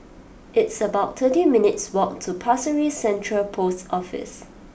it's about thirty minutes' walk to Pasir Ris Central Post Office